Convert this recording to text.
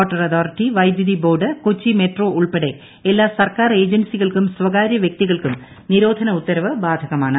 water authority വൈദ്യുതി board Kochi metro ഉൾപ്പെടെ എല്ലാ സർക്കാർ ഏജൻസികൾക്കും സ്വകാര്യ വൃക്തികൾക്കും നിരോധന ഉത്തരവ് ബാധകമാണ്